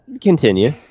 Continue